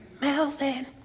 Melvin